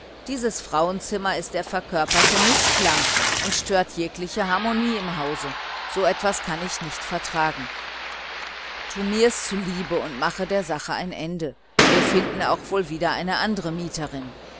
dieses frauenzimmer ist die verkörperte dissonanz und stört jegliche harmonie im hause so etwas kann ich nicht vertragen tu mir's zuliebe und mache der sache ein ende wir finden wohl auch wieder eine andere mieterin